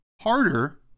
harder